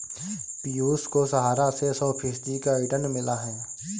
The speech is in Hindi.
पियूष को सहारा से सौ फीसद का रिटर्न मिला है